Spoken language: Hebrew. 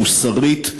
מוסרית,